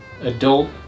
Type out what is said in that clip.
Adult